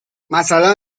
مثلا